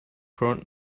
current